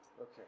Okay